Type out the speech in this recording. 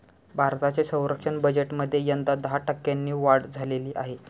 भारताच्या संरक्षण बजेटमध्ये यंदा दहा टक्क्यांनी वाढ झालेली आहे